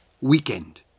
weekend